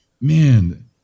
man